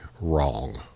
wrong